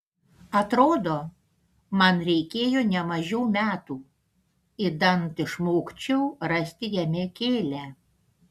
atrodo man reikėjo ne mažiau metų idant išmokčiau rasti jame kėlią